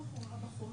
אנחנו נחתום,